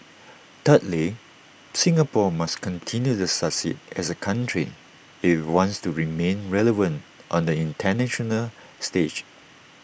thirdly Singapore must continue to succeed as A country if IT wants to remain relevant on the International stage